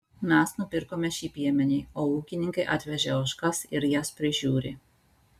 mes nupirkome šį piemenį o ūkininkai atvežė ožkas ir jas prižiūri